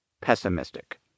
pessimistic